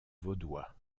vaudois